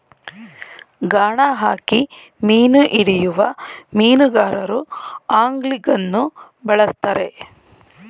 ಗಾಣ ಹಾಕಿ ಮೀನು ಹಿಡಿಯುವ ಮೀನುಗಾರರು ಆಂಗ್ಲಿಂಗನ್ನು ಬಳ್ಸತ್ತರೆ